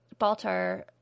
Baltar